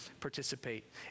participate